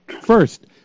First